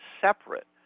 separate